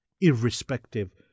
irrespective